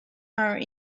are